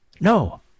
No